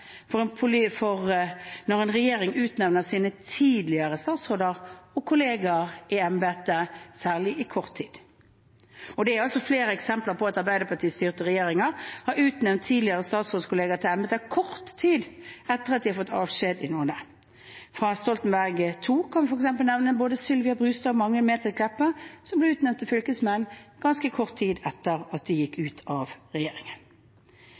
når en regjering utnevner sine tidligere statsråder og kollegaer i embeter, særlig etter kort tid. Det er flere eksempler på at Arbeiderparti-styrte regjeringer har utnevnt tidligere statsrådskollegaer til embeter kort tid etter at de har fått avskjed i nåde. Fra Stoltenberg II kan vi f.eks. nevne både Sylvia Brustad og Magnhild Meltveit Kleppa, som ble utnevnt til fylkesmenn ganske kort tid etter at de gikk ut av regjeringen.